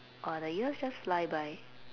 !wah! the years just fly by